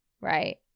right